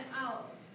out